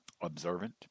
observant